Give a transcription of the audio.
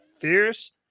fierce